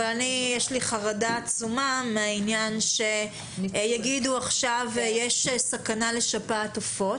אבל לי יש חרדה עצומה מהעניין שיגידו עכשיו שיש סכנה לשפעת עופות,